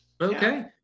Okay